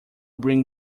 bring